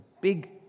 big